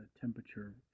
temperature